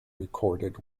recorded